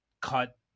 cut